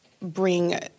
bring